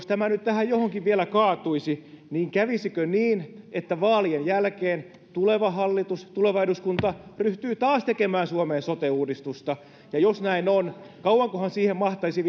tämä nyt johonkin tähän vielä kaatuisi kävisikö niin että vaalien jälkeen tuleva hallitus ja tuleva eduskunta ryhtyvät taas tekemään suomeen sote uudistusta ja jos näin on kauankohan siihen mahtaisi